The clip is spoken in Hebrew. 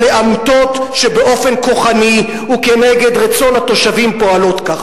אלה עמותות שבאופן כוחני וכנגד רצון התושבים פועלות כך.